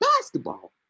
Basketball